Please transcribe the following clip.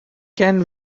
can